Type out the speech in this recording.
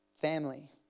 Family